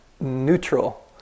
neutral